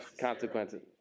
consequences